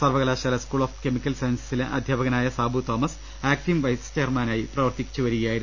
സർവകലാശാല school of chemical സയൻസിലെ അധ്യാപകനായ സാബു തോമസ് ആക്ടിംഗ് വൈസ് ചെയർമാനായി പ്രവർത്തിച്ചുവരികയായിരുന്നു